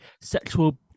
sexual